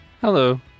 Hello